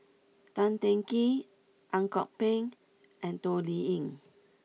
Tan Teng Kee Ang Kok Peng and Toh Liying